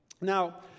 Now